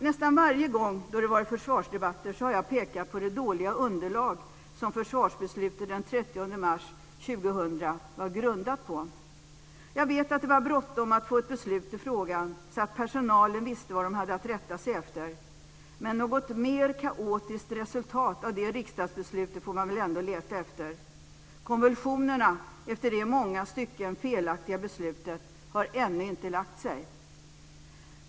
Nästan varje gång då det har varit försvarsdebatter har jag pekat på det dåliga underlag som försvarsbeslutet den 30 mars 2000 var grundat på. Jag vet att det var bråttom att få ett beslut i frågan så att personalen visste vad de hade att rätta sig efter. Men ett mer kaotiskt resultat än efter det riksdagsbeslutet får man väl ändå leta efter. Konvulsionerna efter det i långa stycken felaktiga beslutet har ännu inte lagt sig.